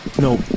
No